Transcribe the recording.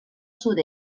sud